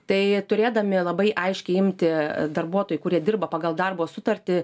tai turėdami labai aiškią imtį darbuotojai kurie dirba pagal darbo sutartį